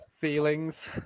feelings